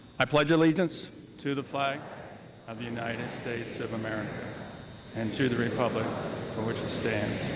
i pledge allegiance to the flag of the united states of america and to the republic for which it stands,